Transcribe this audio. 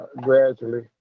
gradually